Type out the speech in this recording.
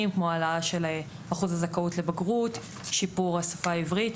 כמו אחוז הזכאות לבגרות ושיפור השפה העברית.